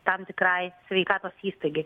tam tikrai sveikatos įstaigai